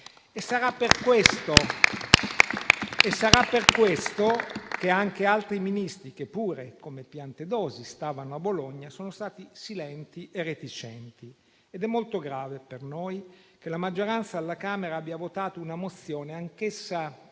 Sarà per questo che anche altri Ministri che, come Piantedosi, pure stavano a Bologna, sono stati silenti e reticenti. È molto grave per noi che la maggioranza alla Camera abbia votato una mozione anch'essa